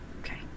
Okay